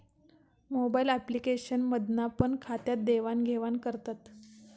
mobile application मधना पण खात्यात देवाण घेवान करतत